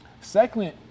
Second